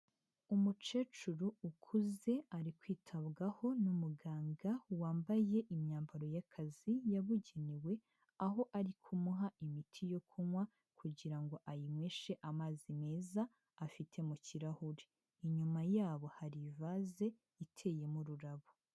Umukecuru ukuze ari kwitabwaho n'umuganga wambaye imyambaro y'akazi yabugenewe, aho ari kumuha imiti yo kunywa kugira ngo ayinyweshe amazi meza afite mu kirahure, inyuma yabo hari ivase iteyemo ururabo.